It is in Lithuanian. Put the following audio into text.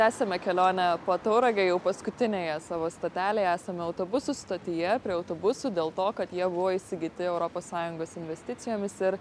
tęsiame kelionę po tauragę jau paskutinėje savo stotelėje esame autobusų stotyje prie autobusų dėl to kad jie buvo įsigyti europos sąjungos investicijomis ir